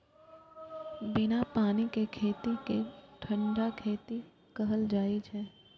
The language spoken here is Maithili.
बिना पानि के खेती कें ठंढा खेती कहल जाइ छै